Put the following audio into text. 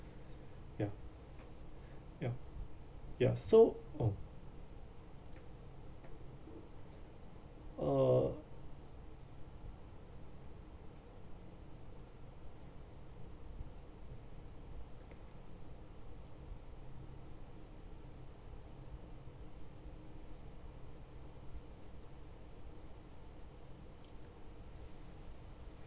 ya ya ya so oh uh